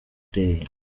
day